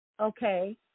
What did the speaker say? Okay